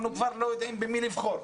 אנחנו לא יודעים במי לבחור.